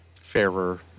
fairer